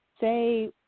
say